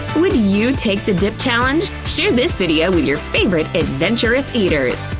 would you take the dip challenge? share this video with your favorite adventurous eaters!